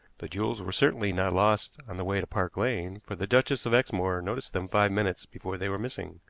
the jewels were certainly not lost on the way to park lane, for the duchess of exmoor noticed them five minutes before they were missing.